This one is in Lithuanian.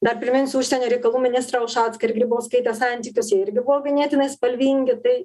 dar priminsiu užsienio reikalų ministrą ušacką ir grybauskaitės santykius jie irgi buvo ganėtinai spalvingi tai